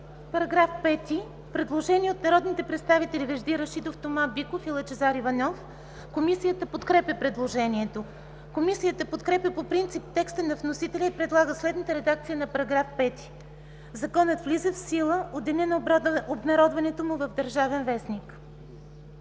По § 5 има предложение от народните представители Вежди Рашидов, Тома Биков и Лъчезар Иванов. Комисията подкрепя предложението. Комисията подкрепя по принцип текста на вносителя и предлага следната редакция на § 5: „§ 5. Законът влиза в сила от деня на обнародването му в „Държавен вестник“.“